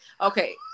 Okay